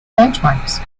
benchmarks